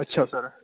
ਅੱਛਾ ਸਰ